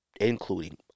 including